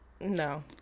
No